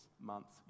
months